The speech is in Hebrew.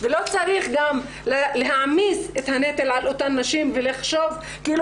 ולא צריך גם להעמיס את הנטל על אותן נשים ולחשוב כאילו